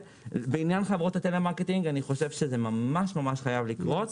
בעניין חברות הטלמרקטינג אני חושב שזה ממש ממש חייב לקרות.